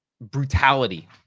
brutality